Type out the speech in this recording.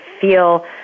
feel